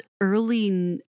early